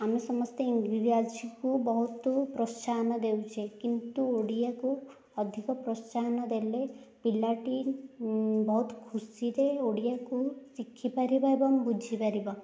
ଆମେ ସମସ୍ତେ ଇଂରାଜୀକୁ ବହୁତ ପ୍ରୋତ୍ସାହନ ଦେଉଛେ କିନ୍ତୁ ଓଡ଼ିଆକୁ ଅଧିକ ପ୍ରୋତ୍ସାହନ ଦେଲେ ପିଲାଟି ବହୁତ ଖୁସିରେ ଓଡ଼ିଆକୁ ଶିଖିପାରିବ ଏବଂ ବୁଝିପାରିବ